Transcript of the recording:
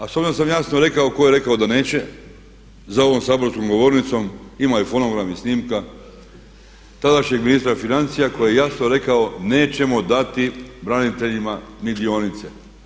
A s obzirom da sam jasno rekao tko je rekao da neće za ovom saborskom govornicom ima i fonogram i snimka, tadašnjeg ministra financija koji je jasno rekao nećemo dati braniteljima ni dionice.